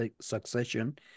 succession